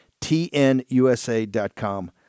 TNUSA.com